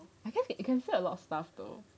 I guess you can fill a lot of stuff though